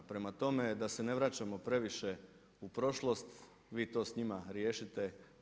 Prema tome, da se ne vraćamo previše u prošlost vi to s njima riješite.